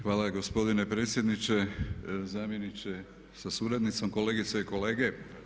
Hvala gospodine predsjedniče, zamjeniče sa suradnicom, kolegice i kolege.